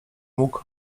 mógł